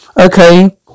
Okay